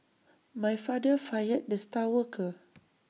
my father fired the star worker